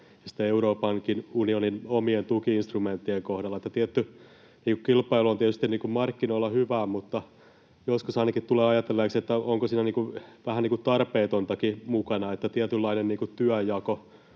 Euroopan unionin omien tuki-instrumenttien kohdalla. Kilpailu on tietysti markkinoilla hyvä, mutta joskus ainakin tulee ajatelleeksi, onko siinä vähän tarpeetontakin mukana, eli tietynlainen työnjako